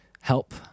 help